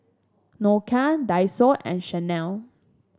Nokia Daiso and Chanel